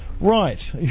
Right